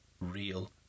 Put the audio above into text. real